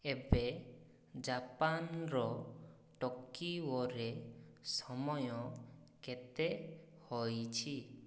ଏବେ ଜାପାନର ଟୋକିଓରେ ସମୟ କେତେ ହୋଇଛି